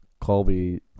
Colby